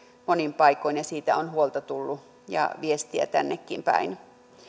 monin paikoin ja siitä on huolta tullut ja viestiä tännekin päin